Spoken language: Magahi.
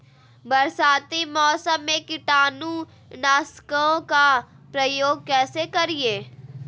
बरसाती मौसम में कीटाणु नाशक ओं का प्रयोग कैसे करिये?